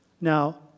now